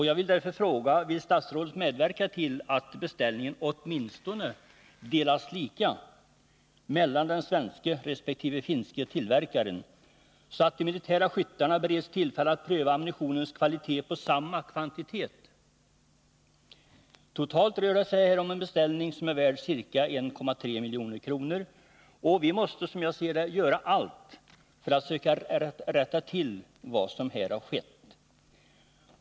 Jag vill därför fråga: Vill statsrådet medverka till att beställningen åtminstone delas lika mellan den svenske och den finske tillverkaren, så att de militära skyttarna bereds tillfälle att pröva ammunitionens kvalitet på samma kvantitet? Totalt rör det sig om en beställning som är värd ca 1,3 milj.kr. Vi måste, som jag ser det, göra allt för att söka rätta till vad som här har skett.